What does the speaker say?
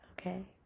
okay